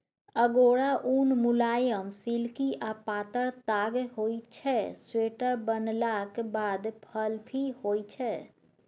अगोरा उन मुलायम, सिल्की आ पातर ताग होइ छै स्वेटर बनलाक बाद फ्लफी होइ छै